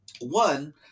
One